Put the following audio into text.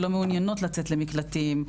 שלא מעוניינות לצאת למקלטים,